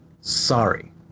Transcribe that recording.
sorry